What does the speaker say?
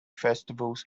festivals